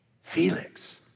Felix